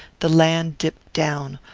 the land dipped down,